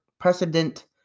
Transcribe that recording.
Precedent